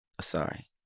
sorry